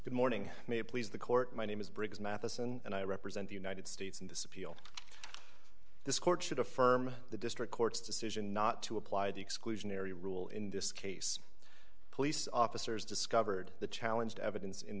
good morning may it please the court my name is briggs matheson and i represent the united states in this appeal this court should affirm the district court's decision not to apply the exclusionary rule in this case police officers discovered the challenge evidence in